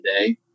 today